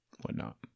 whatnot